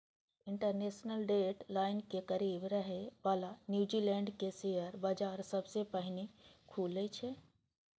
international date line के करीब रहै बला न्यूजीलैंड के शेयर बाजार सबसं पहिने खुलै छै